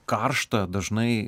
karštą dažnai